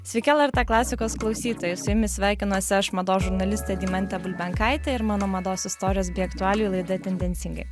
sveiki lrt klasikos klausytojai su jumis sveikinuosi aš mados žurnalistė deimantė bulbenkaitė ir mano mados istorijos bei aktualijų laida tendencingai